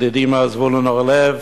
ידידי מר זבולון אורלב,